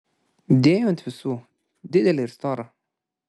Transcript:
dėjo ant visų didelį ir storą